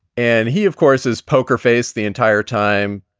and he, of course, is poker face the entire time,